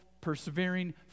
persevering